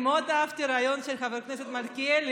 אהבתי מאוד את הרעיון של חבר הכנסת מלכיאלי.